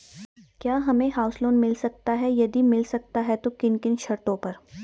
क्या हमें house loan मिल सकता है यदि मिल सकता है तो किन किन शर्तों पर?